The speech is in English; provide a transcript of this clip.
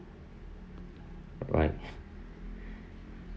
right